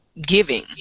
giving